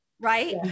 right